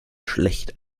schlecht